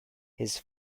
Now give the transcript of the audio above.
his